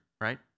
right